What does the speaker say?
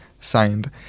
signed